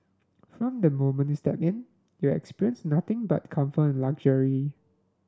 from the moment you step in you experience nothing but comfort and luxury